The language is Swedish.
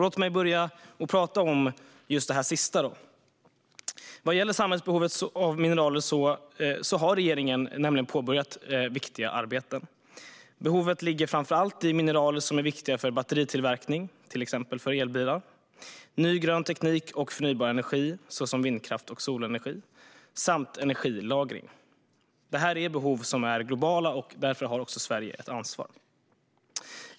Låt mig tala lite om just det här sista. Vad gäller samhällsbehovet av mineraler har regeringen nämligen påbörjat ett viktigt arbete. Behovet finns framför allt av mineraler som är viktiga för batteritillverkning, till exempel till elbilar, ny grön teknik och förnybar energi, såsom vindkraft och solenergi, samt energilagring. Det här är globala behov och därför har även Sverige ett ansvar.